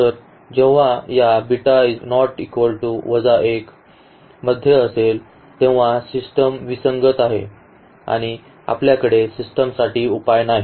तर जेव्हा या β ≠ 1 मध्ये असेल तेव्हा सिस्टम विसंगत आहे आणि आपल्याकडे सिस्टमसाठी उपाय नाही